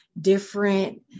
different